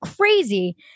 crazy